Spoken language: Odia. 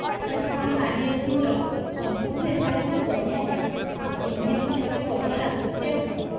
ପଚାଶ ଖଣ୍ଡ ଶାଢ଼ୀ ଅଛି ମୋର ସବୁଠୁ ଏ ଶାଢ଼ୀଟା ବଢିଆ ହୋଇଛି ପିନ୍ଧିବାକୁ ଯେତେ ବଢିଆ ଲାଗୁଛି ଆଉ କୁହନି